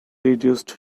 reduced